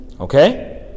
Okay